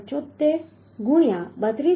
75 ગુણ્યા 32